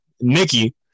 Nikki